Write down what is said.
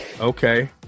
okay